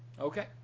okay